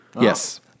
Yes